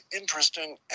interesting